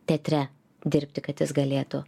teatre dirbti kad jis galėtų